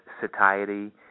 satiety